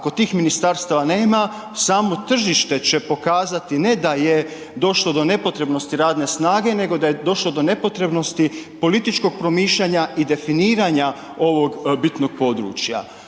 ako tih ministarstava nema samo tržište će pokazati ne da je došlo do nepotrebnosti radne snage, nego da je došlo do nepotrebnosti političkog promišljanja i definiranja ovog bitnog područja.